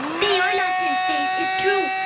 they are lost in space. it's true.